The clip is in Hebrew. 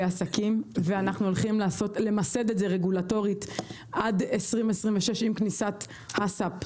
העסקים ואנחנו הולכים למסד את עד 2026 עם כניסת הס"פ,